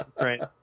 Right